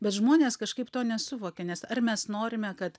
bet žmonės kažkaip to nesuvokia nes ar mes norime kad